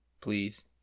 Please